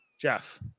Jeff